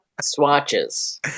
swatches